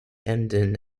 emden